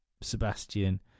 Sebastian